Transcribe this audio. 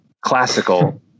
classical